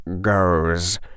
goes